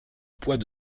poids